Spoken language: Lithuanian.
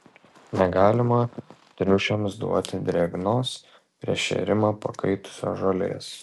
negalima triušiams duoti drėgnos prieš šėrimą pakaitusios žolės